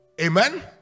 Amen